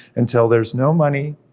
until there's no money,